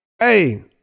Hey